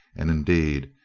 and indeed,